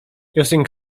using